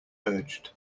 urged